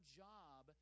job